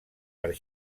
per